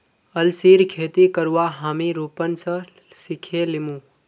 अलसीर खेती करवा हामी रूपन स सिखे लीमु